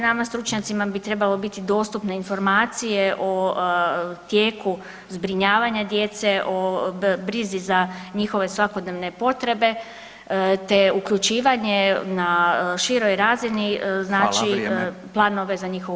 Nama stručnjacima bi trebale biti dostupne informacije o tijeku zbrinjavanja djece, o brizi za njihove svakodnevne potrebe, te uključivanje na široj razini, znači planove za njihovu